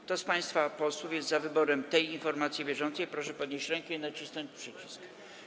Kto z państwa posłów jest za wyborem tej informacji bieżącej, proszę podnieść rękę i nacisnąć przycisk.